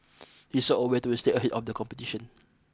he saw a way to stay ahead on the competition